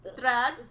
Drugs